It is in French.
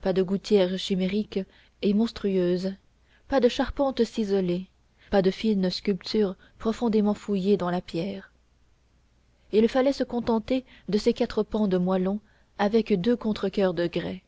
pas de gouttières chimériques et monstrueuses pas de charpente ciselée pas de fine sculpture profondément fouillée dans la pierre il fallait se contenter de ces quatre pans de moellon avec deux contre coeurs de grès